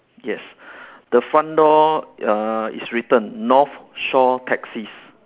yes the front door err is written north shore taxis